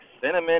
cinnamon